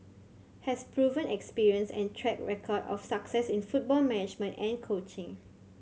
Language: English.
has proven experience and track record of success in football management and coaching